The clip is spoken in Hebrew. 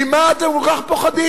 ממה אתם כל כך פוחדים?